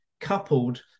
coupled